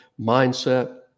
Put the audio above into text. mindset